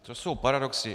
To jsou paradoxy.